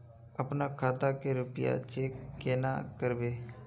अपना खाता के रुपया चेक केना करबे?